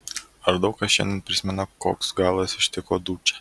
ar daug kas šiandien prisimena koks galas ištiko dučę